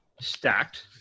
stacked